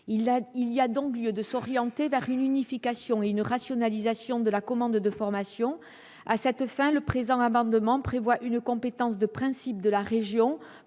Il y a donc lieu de s'orienter vers une unification et une rationalisation de la commande de formations. À cette fin, le présent amendement vise à instaurer une compétence de principe de la région